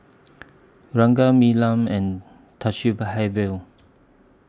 Ranga Neelam and Thamizhavel